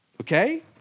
okay